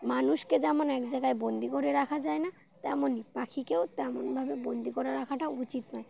মানুষকে যেমন এক জায়গায় বন্দি করে রাখা যায় না তেমনই পাখিকেও তেমনভাবে বন্দি করে রাখাটা উচিত নয়